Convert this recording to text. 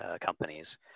companies